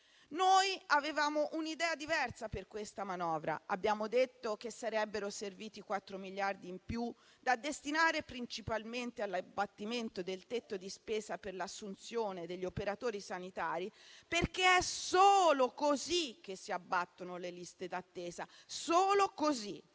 Noi avevamo un'idea diversa per questa manovra. Abbiamo detto che sarebbero serviti quattro miliardi in più da destinare principalmente all'abbattimento del tetto di spesa per l'assunzione degli operatori sanitari, perché solo così si abbattono le liste d'attesa; e